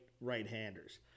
right-handers